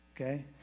Okay